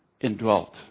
indwelt